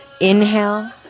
inhale